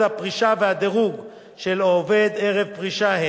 הפרישה והדירוג של העובד ערב הפרישה,